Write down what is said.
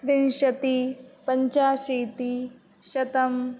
विंशतिः पञ्चाशीतिः शतम्